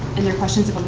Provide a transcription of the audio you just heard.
and their questions